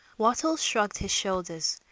wattles shrugged his shoulders.